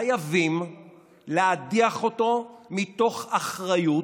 חייבים להדיח אותו, מתוך אחריות,